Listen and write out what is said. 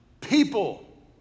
people